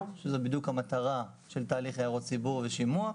- שזו בדיוק המטרה של תהליך הערות ציבור ושימוע,